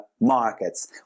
markets